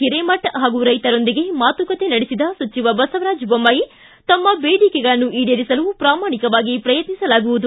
ಹಿರೇಮಠ ಹಾಗೂ ರೈತರೊಂದಿಗೆ ಮಾತುಕತೆ ನಡೆಸಿದ ಸಚಿವ ಬಸವರಾಜ ಬೊಮ್ಮಾಯಿ ತಮ್ಮ ಬೇಡಿಕೆಗಳನ್ನು ಈಡೇರಿಸಲು ಪ್ರಾಮಾಣಿಕವಾಗಿ ಪ್ರಯತ್ನಿಸಲಾಗುವುದು